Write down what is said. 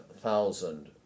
thousand